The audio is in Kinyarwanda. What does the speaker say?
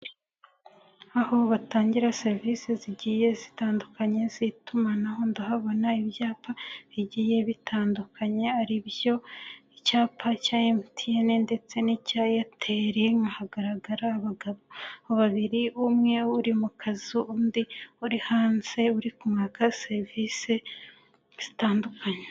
Aho batangira serivise zigiye zitandukanye z'itumanaho, ndahabona ibyapa bigiye bitandukanye, ari byo icyapa cya MTN ndetse n'icya Airtel, haragaragara abagabo babiri, umwe uri mu kazu, undi uri hanze, uri kumwaka serivise zitandukanye.